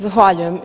Zahvaljujem.